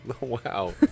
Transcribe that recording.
Wow